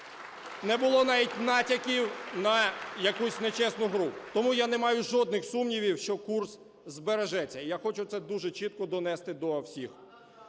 не було навіть натяків на якусь нечесну гру. (Оплески) Тому я не маю жодних сумнівів, що курс збережеться, і я хочу це дуже чітко донести до всіх.